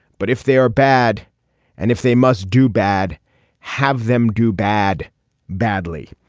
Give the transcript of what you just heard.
but if they are bad and if they must do bad have them do bad badly.